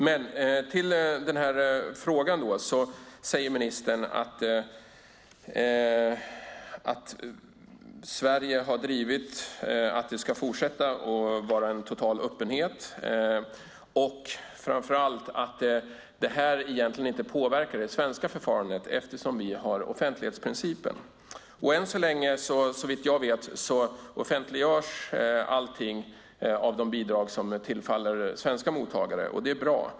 Ministern säger att Sverige har drivit att det ska fortsätta vara en total öppenhet och att detta dessutom inte påverkar det svenska förfarandet eftersom vi har offentlighetsprincipen. Än så länge offentliggörs så vitt jag vet allting av de bidrag som tillfaller svenska mottagare. Det är bra.